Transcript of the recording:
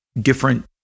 different